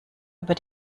über